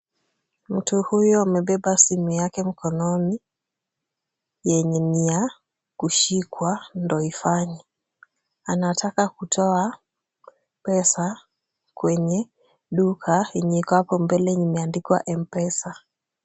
Mtu huyu amebeba simu yake mkononi yenye ni ya kushikwa ndio ifanye. Anataka kutoa pesa kwenye duka yenye iko hapo mbele yenye imeandikwa M-Pesa.